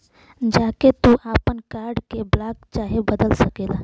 जा के तू आपन कार्ड के ब्लाक चाहे बदल सकेला